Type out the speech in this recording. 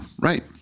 Right